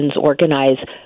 organize